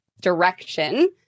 direction